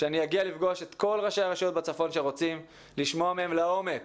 שאגיע לפגוש את כל ראשי הרשויות שרוצים בכך כדי לשמוע מהם לעומק